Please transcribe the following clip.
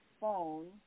phone